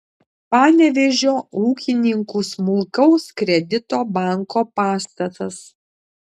panevėžio ūkininkų smulkaus kredito banko pastatas